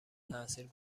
تاثیر